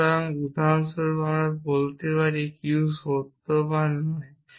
সুতরাং উদাহরণস্বরূপ আমি বলতে পারি q সত্য বা নয়